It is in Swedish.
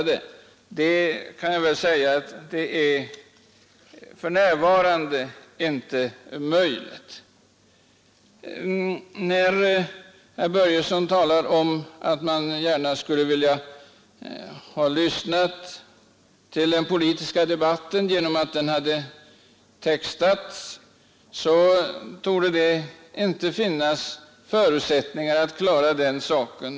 Herr Börjesson sade att många hörselskadade mycket gärna skulle vilja ta del av den politiska debatten och att de skulle kunna göra det om debatten textades. I dag torde det emellertid inte finnas några förutsättningar för att klara av den saken.